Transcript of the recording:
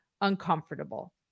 uncomfortable